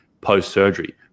post-surgery